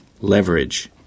Leverage